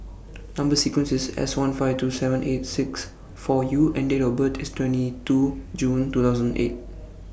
Number sequence IS S one five two seven eight six four U and Date of birth IS twenty two June two thousand and eight